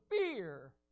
fear